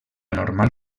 normal